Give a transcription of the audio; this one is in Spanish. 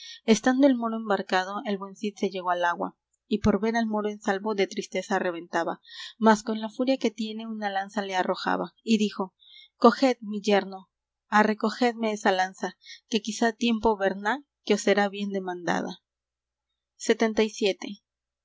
el moro embarcado el buen cid se llegó al agua y por ver al moro en salvo de tristeza reventaba mas con la furia que tiene una lanza le arrojaba y dijo coged mi yerno arrecogedme esa lanza que quizá tiempo verná que os será bien